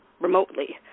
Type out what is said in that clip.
remotely